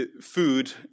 food